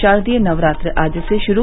शारदीय नवरात्र आज से शुरू